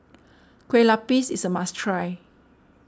Kueh Lupis is a must try